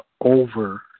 over